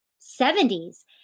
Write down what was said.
70s